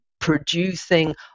producing